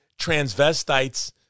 transvestites